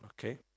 okay